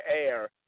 air